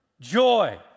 joy